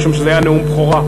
משום שזה היה נאום בכורה,